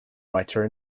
writer